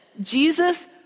Jesus